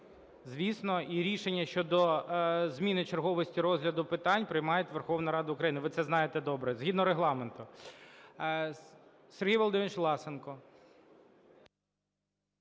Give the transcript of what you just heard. Звісно. І рішення щодо зміни черговості розгляду питань приймає Верховна Рада України. Ви це знаєте добре. Згідно Регламенту. Сергій Володимирович Власенко.